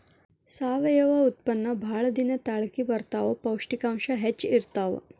ಸಾವಯುವ ಉತ್ಪನ್ನಾ ಬಾಳ ದಿನಾ ತಾಳಕಿ ಬರತಾವ, ಪೌಷ್ಟಿಕಾಂಶ ಹೆಚ್ಚ ಇರತಾವ